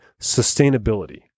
sustainability